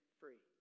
free